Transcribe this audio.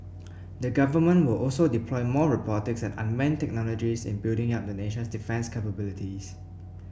the government will also deploy more robotics and unmanned technologies in building up the nation's defence capabilities